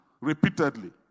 repeatedly